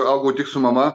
a ugau tik su mama